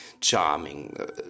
charming